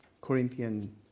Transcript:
Corinthian